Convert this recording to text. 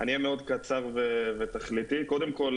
אני אהיה מאוד קצר ותכליתי: קודם כל,